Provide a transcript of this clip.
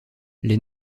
les